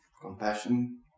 compassion